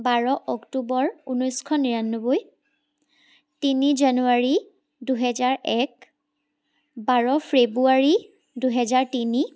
বাৰ অক্টোবৰ ঊনৈছশ নিৰান্নব্বৈ তিনি জানুৱাৰী দুহেজাৰ এক বাৰ ফেব্ৰুৱাৰী দুহেজাৰ তিনি